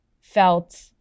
felt